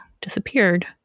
disappeared